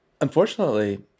Unfortunately